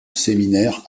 séminaires